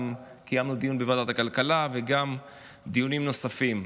וקיימנו דיון גם בוועדת הכלכלה וגם דיונים נוספים.